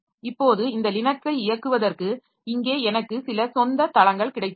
இப்போது இந்த லினக்ஸை இயக்குவதற்கு இங்கே எனக்கு சில சொந்த தளங்கள் கிடைத்துள்ளன